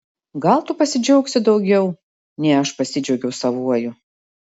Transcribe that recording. gal tu pasidžiaugsi daugiau nei aš pasidžiaugiau savuoju